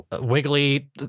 wiggly